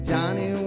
Johnny